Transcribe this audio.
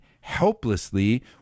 helplessly